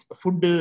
food